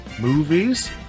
movies